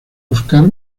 buscar